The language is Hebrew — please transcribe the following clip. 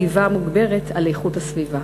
5. איך משפיעה השאיבה המוגברת על איכות הסביבה?